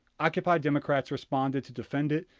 occupy democrats responded to defend it,